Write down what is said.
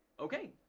okay,